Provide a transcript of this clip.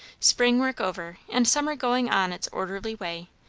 spring work over, and summer going on its orderly way,